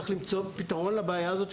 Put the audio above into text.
צריך למצוא פתרון לבעיה הזאת,